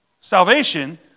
salvation